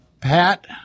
Pat